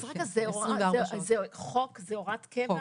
אז רגע, זו הוראת קבע?